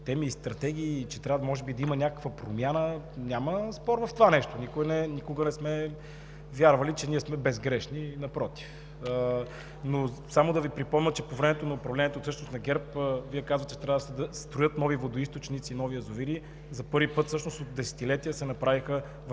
теми и стратегии и че трябва може би да има някаква промяна, няма спор в това нещо – никога не сме вярвали, че ние сме безгрешни. Напротив! Само да Ви припомня, че по времето на управлението, всъщност на ГЕРБ, че трябва да се строят нови водоизточници и нови язовири – за първи път от десетилетия се направиха.